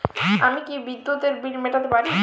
আমি কি বিদ্যুতের বিল মেটাতে পারি?